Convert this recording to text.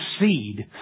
seed